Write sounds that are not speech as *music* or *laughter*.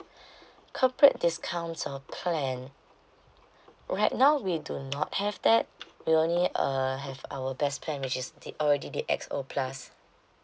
*breath* corporate discounts or plan right now we do not have that we only uh have our best plan which is the already the X O plus